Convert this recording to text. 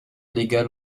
légal